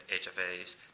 HFAs